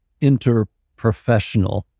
interprofessional